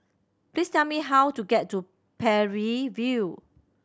please tell me how to get to Parry View